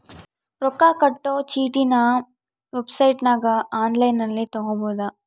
ರೊಕ್ಕ ಕಟ್ಟೊ ಚೀಟಿನ ವೆಬ್ಸೈಟನಗ ಒನ್ಲೈನ್ನಲ್ಲಿ ತಗಬೊದು